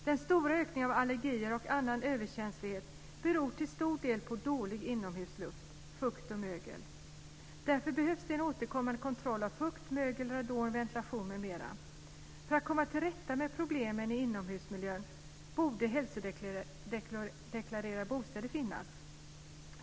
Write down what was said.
Den stora ökningen av allergier och annan överkänslighet beror till stor del på dålig inomhusluft, fukt och mögel. Därför behövs det en återkommande kontroll av fukt, mögel, radon, ventilation m.m. För att komma till rätta med problemen i inomhusmiljön borde hälsodeklarerade bostäder finnas.